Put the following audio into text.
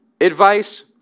advice